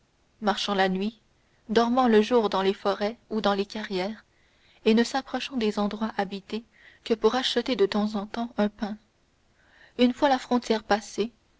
marchant la nuit dormant le jour dans les forêts ou dans les carrières et ne s'approchant des endroits habités que pour acheter de temps en temps un pain une fois la frontière dépassée